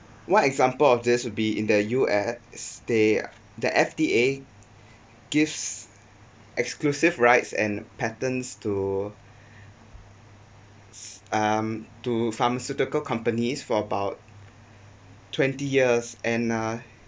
one example of this would be in the U_S they the F_D_A gives exclusive rights and patents to um to pharmaceutical companies for about twenty years and uh